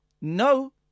No